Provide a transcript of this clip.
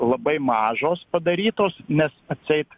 labai mažos padarytos nes atseit